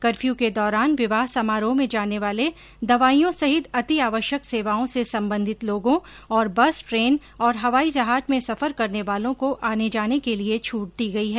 curfew के दौरान विवाह समारोह में जाने वाले दवाइयों सहित अतिआवश्यक सेवाओं से सम्बन्धित लोगों और बस ट्रेन और हवाई जहाज़ में सफर करने वालों को आने जाने के लिए छूट दी गई है